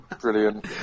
Brilliant